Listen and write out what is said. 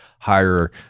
higher